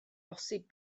posib